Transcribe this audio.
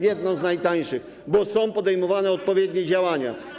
Jedną z najtańszych, bo są podejmowane odpowiednie działania.